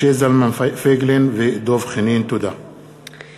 משה זלמן פייגלין ודב חנין בנושא: ליקויים חמורים במאגר הביומטרי.